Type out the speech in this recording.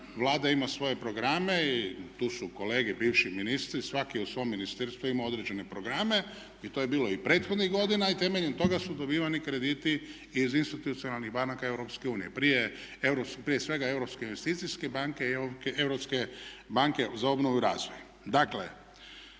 Vlada ima svoje programe i tu su kolege bivši ministri svaki u svom ministarstvu ima određene programe i to je bilo i prethodnih godina i temeljem toga su dobivani krediti iz institucionalnih banaka EU. Prije svega Europske investicijske banke i Europske banke za obnovu i razvoj. Dakle